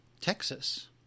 Texas